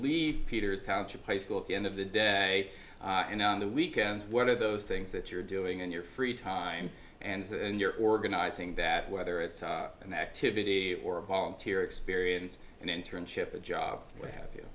leave peters township high school at the end of the day and on the weekends what are those things that you're doing in your free time and you're organizing that whether it's an activity or a volunteer experience an internship a job what have you